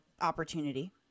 opportunity